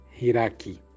hiraki